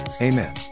amen